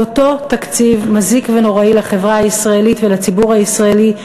אותו תקציב מזיק ונוראי לחברה הישראלית ולציבור הישראלי,